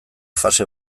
fase